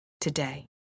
today